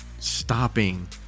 stopping